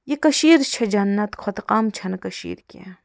یہِ کشیٖر چھِ جنت جنتہٕ کھۄتہٕ کم چھےٚ نہٕ کشیٖر کینٛہہ